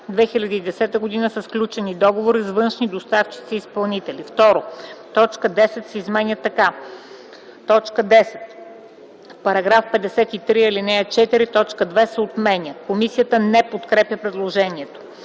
2010 г. са сключени договори с външни доставчици и изпълнители.” 3. Точка 10 се изменя така: „10. В § 53, ал. 4 т. 2 се отменя.” Комисията не подкрепя предложението.